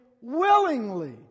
willingly